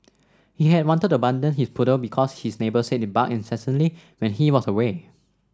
he had wanted to abandon his poodle because his neighbours said it barked incessantly when he was away